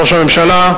ראש הממשלה,